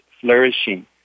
flourishing